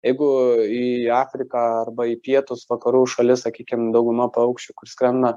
jeigu į afriką arba į pietus vakarų šalis sakykim dauguma paukščių kur skrenda